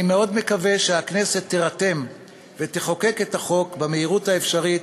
אני מאוד מקווה שהכנסת תירתם ותחוקק את החוק במהירות האפשרית,